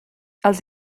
els